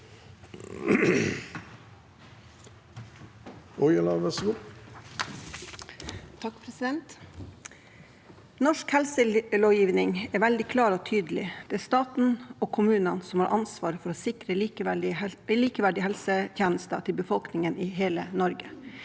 Norsk helselovgivning er veldig klar og tydelig. Det er staten og kommunene som har ansvar for å sikre likeverdige helsetjenester til befolkningen i hele Norge.